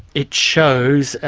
it shows